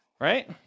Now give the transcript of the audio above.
right